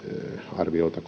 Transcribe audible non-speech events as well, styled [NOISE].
arviolta [UNINTELLIGIBLE]